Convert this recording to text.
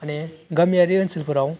माने गामियारि ओनसोलफोराव